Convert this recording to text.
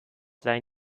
seien